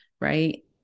Right